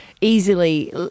easily